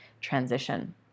transition